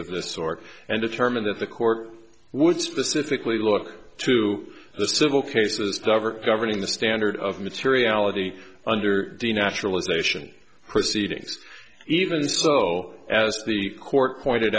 of this sort and determine that the court would specifically look to the civil cases covered governing the standard of materiality under the naturalization proceedings even so as the court pointed